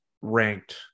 ranked